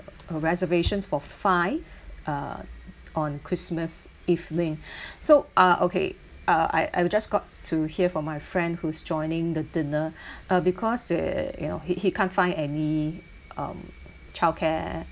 a reservations for five uh on christmas evening so uh okay uh I I've just got to hear from my friend who's joining the dinner uh because uh you know he he can't find any um childcare